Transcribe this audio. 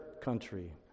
country